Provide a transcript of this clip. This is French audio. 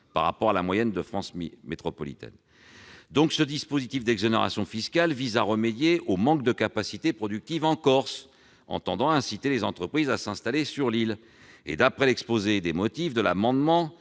par rapport à la moyenne de France métropolitaine. »« Ce dispositif d'exonération fiscale vise à remédier au manque de capacités productives en Corse en tendant à inciter les entreprises à s'installer sur l'île. « D'après l'exposé des motifs de l'amendement